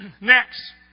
Next